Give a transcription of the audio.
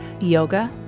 yoga